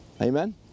Amen